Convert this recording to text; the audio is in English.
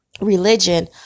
religion